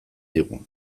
digu